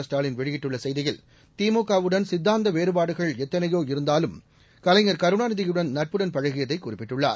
ஸ்டாலின் வெளியிட்டுள்ள செய்தியில் திமுகவுடன் சித்தாந்த வேறுபாடுகள் எத்தளையோ இருந்தாலும் கலைஞர் கருணாநிதியுடன் நட்புடன் பழகியதை குறிப்பிட்டுள்ளார்